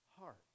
heart